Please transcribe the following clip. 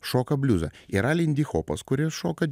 šoka bliuzą yra lindihopas kuris šoka